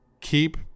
keep